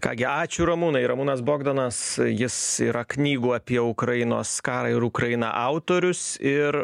ką gi ačiū ramūnai ramūnas bogdanas jis yra knygų apie ukrainos karą ir ukrainą autorius ir